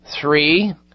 Three